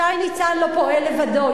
שי ניצן לא פועל לבדו,